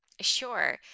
Sure